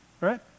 right